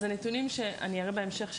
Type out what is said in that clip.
אז הנתונים שאראה בהמשך,